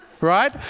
right